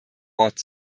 ort